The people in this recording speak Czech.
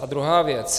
A druhá věc.